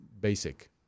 basic